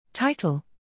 TITLE